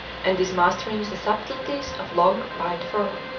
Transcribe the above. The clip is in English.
and is mastering the subtleties of long white fur.